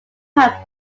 had